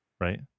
Right